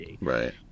right